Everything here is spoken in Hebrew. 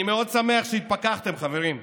אני מאוד שמח שהתפקחתם, חברים,